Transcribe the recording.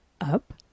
up